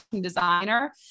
designer